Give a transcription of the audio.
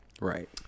Right